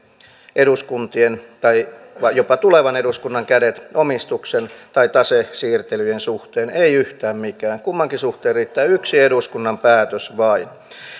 eduskuntien tai jopa tulevan eduskunnan kädet omistuksen tai tasesiirtelyjen suhteen ei yhtään mikään kummankin suhteen riittää yksi eduskunnan päätös